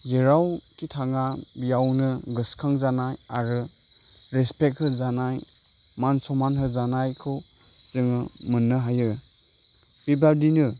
जेरावखि थाङा बेयावनो गोसोखां जानाय आरो रेसपेक होजानाय मान सनमान होजानायखौ जोङो मोननो हायो बेबायदिनो